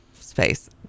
space